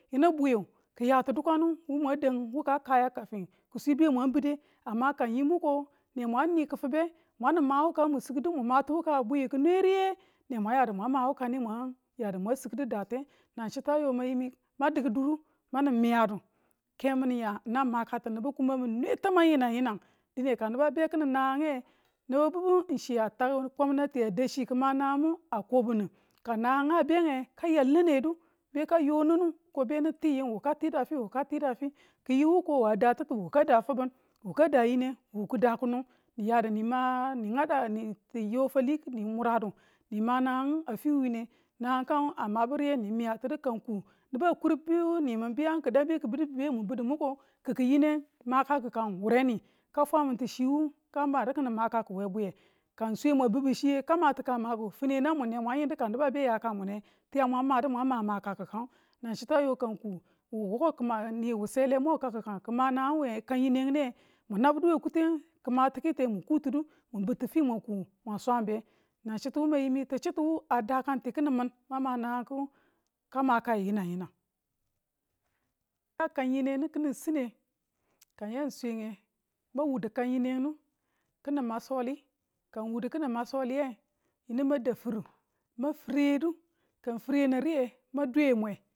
yinu bwiyu ki̱ ya ti̱ dukanu wu mang dang kuwa kaya ka fin kuswi be mwa bidde hamma ka n yi mwi nemwen ni kifibe mwa min ma wuka mun sigidi mu mati wuka bwiyu ki nwe riye ne mwa yadu mwang ma wukane mwang yadu mwang sikdu daate nang chita yo mang yi min mang diku duru mang miyadu ke mini ya n nang makatu nibu kuma mi̱n nwe tamang yinang yinang dine ka niba be kini nangange nibu bibu ng chi a tau gwamnati a dau chi a ki̱ ma nagangu mu a kobu nin ka nanganga benge ka yal ni̱nedu be ka yonine du ko beni ti ying wuka tida fi wuka tida fi ki̱ yi wu ko wu a daa tittu wu ka daa fi̱bi̱n wu ka daa yineng wu ki daa kinung nin yadu nin fali ni muradu ni ma nagangu a fi wiine nangang kagu a mabu riye ni miyatinu ka ng ku nibu a kur nimin biyan ki̱da be ki̱ bi̱du bi̱ben mu budu muko ki̱ki̱ yineng akaki̱kangu wureni ka fwemin ti chewu. ka madu kini makaku we bwiyu ka ng swe mang mabu chiye. ka mati ka maku finenang mum ne mwan yindu ka nibu a be ya ka mune tiyang mwan madu mwan ma makakikang nan chitu ayo ka ng ku wu wuko wo ni wu selemo we kakikang ki ma nangang we kan yinengnu mu nabdu we ku ten ki matikitu ye mu kutinu mu bu ti̱fi mwan ku swanbe nan chitu mayimi kichitu a dakan ti kini min. mang ma nanang kiku ka makayi yinang yinang. Ka ng yika kan yenenge kini siin ne, ka ng yan swenge ma wudu kan yinengnu kini masoli, kang wudu kini maoli nge, yinu ma da fir mang fire du ka ng furen ng fi̱ye riye mang dwe mwe